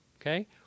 Okay